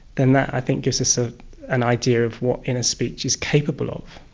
then that i think gives us ah an idea of what inner speech is capable of.